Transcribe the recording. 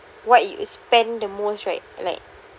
what you spend the most right like